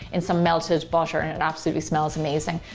and some melted butter and it absolutely smells amazing.